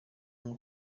nko